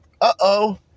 Uh-oh